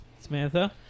Samantha